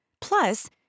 Plus